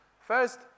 First